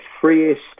freest